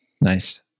nice